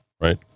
right